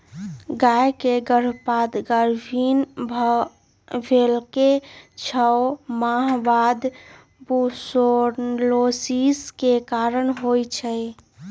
गाय के गर्भपात गाभिन् भेलाके छओ मास बाद बूर्सोलोसिस के कारण होइ छइ